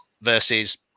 versus